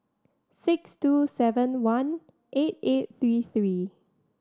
six two seven one eight eight three three